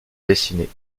dessinée